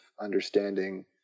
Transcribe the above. understanding